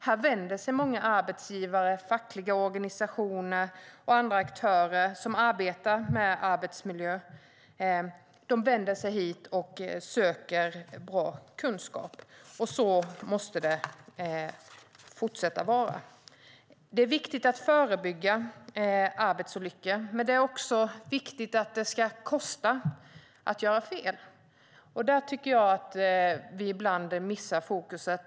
Hit vänder sig många arbetsgivare, fackliga organisationer och andra aktörer som arbetar med arbetsmiljö för att söka bra kunskap, och så måste det fortsätta vara. Det är viktigt att förebygga arbetsolyckor, men det är också viktigt att det ska kosta att göra fel. Där tycker jag att vi ibland missar fokus.